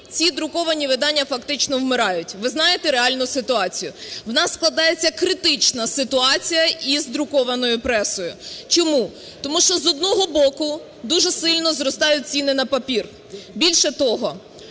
ці друковані видання фактично вмирають. Ви знаєте реальну ситуацію, у нас складається критична ситуація із друкованою пресою. Чому? Тому що, з одного боку, дуже сильно зростають ціни на папір. Більше того,